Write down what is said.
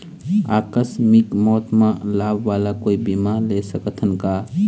आकस मिक मौत म लाभ वाला कोई बीमा ले सकथन का?